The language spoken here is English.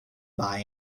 buy